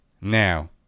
Now